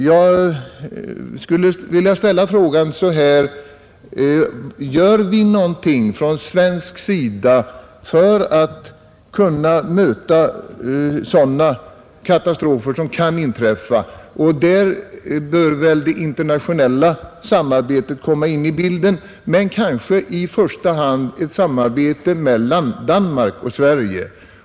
Jag vill ställa frågan så här: Gör vi någonting från svensk sida för att möta sådana katastrofer som kan inträffa? Där bör väl det internationella samarbetet komma in i bilden men kanske i första hand ett samarbete mellan Danmark och Sverige.